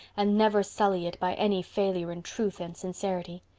and never sully it by any failure in truth and sincerity.